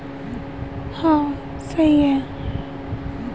SGRY रोजगार आश्वासन योजना और जवाहर ग्राम समृद्धि योजना का एक संयोजन है